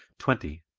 twenty.